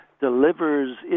delivers